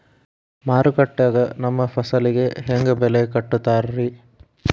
ಮಾರುಕಟ್ಟೆ ಗ ನಮ್ಮ ಫಸಲಿಗೆ ಹೆಂಗ್ ಬೆಲೆ ಕಟ್ಟುತ್ತಾರ ರಿ?